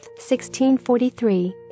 1643